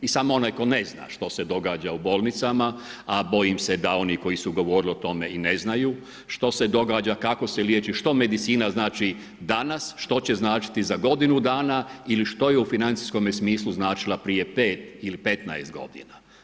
I samo onaj tko ne zna što se događa u bolnicama, a bojim se da oni koji su govorili o tome i ne znaju što se događa, kako se liječi, što medicina znači danas, što će značiti za godinu dana ili što je u financijskome smislu značila prije 5 ili 15 godina.